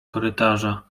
korytarza